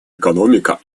экономика